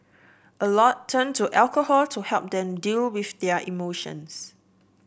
a lot turn to alcohol to help them deal with their emotions